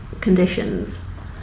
conditions